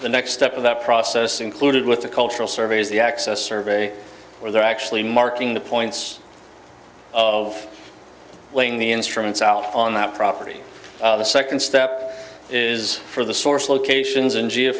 the next step of that process included with the cultural surveys the access survey where they're actually marking the points of laying the instruments out on that property the second step is for the source locations and g